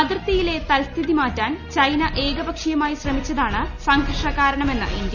അതിർത്തിയിലെ തൽസ്ട്രഥിതി മാറ്റാൻ മാറ്റാൻ ചൈന ഏകപക്ഷീയമായി ശ്രമിച്ചതാ്ണ് സംഘർഷകാരണമെന്ന് ഇന്ത്യ